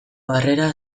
harrera